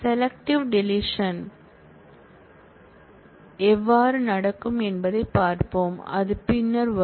selective deletion எவ்வாறு நடக்கும் என்பதைப் பார்ப்போம் அது பின்னர் வரும்